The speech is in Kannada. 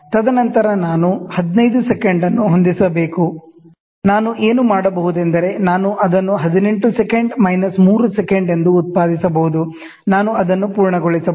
ತದನಂತರ ನಾನು 15" ಅನ್ನು ಹೊಂದಿರಬೇಕು ನಾನು ಏನು ಮಾಡಬಹುದೆಂದರೆ ನಾನು ಅದನ್ನು 18" ಮೈನಸ್ 3 " 18" Minus 3 " ಎಂದು ಉತ್ಪಾದಿಸಬಹುದು ನಾನು ಅದನ್ನು ಪೂರ್ಣಗೊಳಿಸಬಹುದು